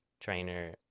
Trainer